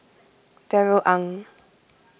Darrell Ang